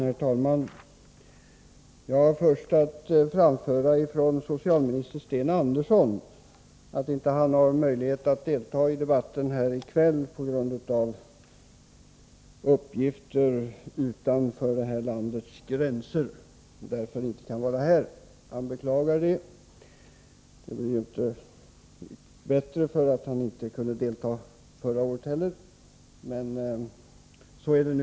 Herr talman! Jag har först att tala om att socialminister Sten Andersson inte har möjlighet att delta i debatten i kväll på grund av uppgifter utanför landets gränser. Han beklagar att han inte kan vara närvarande här. Det hela blir inte bättre av att han inte heller förra året kunde delta.